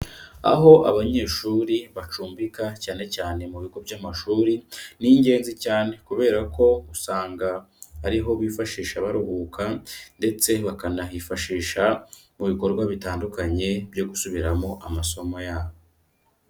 Aho abanyeshuri bacumbika cyane cyane mu bigo by'amashuri, ni ingenzi cyane, kubera ko usanga ariho bifashisha baruhuka, ndetse bakanahifashisha mu bikorwa bitandukanye byo gusubiramo amasomo yabo.